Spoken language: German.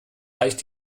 reicht